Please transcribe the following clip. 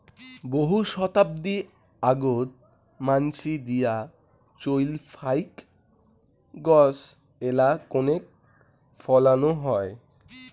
বহু শতাব্দী আগোত মানসি দিয়া চইল ফাইক গছ এ্যালা কণেক ফলানো হয়